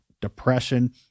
depression